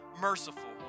merciful